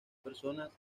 personas